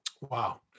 Wow